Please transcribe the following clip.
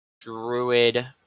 druid